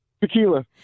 Tequila